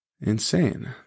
Insane